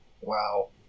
Wow